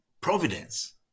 providence